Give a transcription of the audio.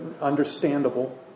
understandable